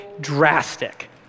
drastic